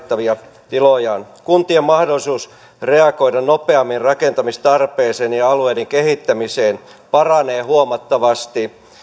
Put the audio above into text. ja tarvittavia tilojaan kuntien mahdollisuus reagoida nopeammin rakentamistarpeeseen ja alueiden kehittämiseen paranee huomattavasti